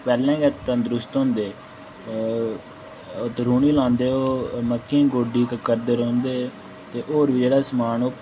पैह्लें गै तंदतरुस्त होंदे उत रूह्नी लांदे ओह् मक्कें ई गोड्डी करदे रौंह्दे ते होर जेह्ड़ा समान ओह्